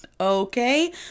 Okay